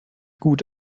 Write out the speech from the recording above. gut